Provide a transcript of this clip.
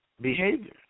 behavior